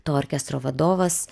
to orkestro vadovas